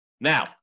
Now